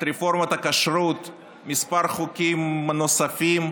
את רפורמת הכשרות ומספר חוקים נוספים.